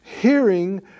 hearing